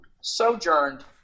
sojourned